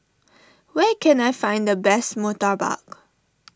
where can I find the best Murtabak